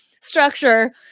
structure